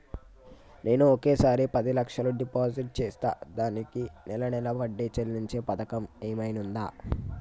నేను ఒకేసారి పది లక్షలు డిపాజిట్ చేస్తా దీనికి నెల నెల వడ్డీ చెల్లించే పథకం ఏమైనుందా?